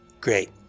Great